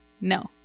No